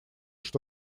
что